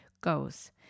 goes